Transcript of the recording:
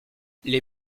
les